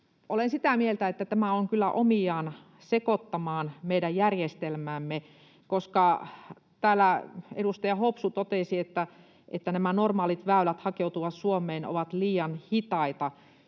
Olen sitä mieltä, että tämä on kyllä omiaan sekoittamaan meidän järjestelmäämme. Täällä edustaja Hopsu totesi, että nämä normaalit väylät hakeutua Suomeen ovat liian hitaita.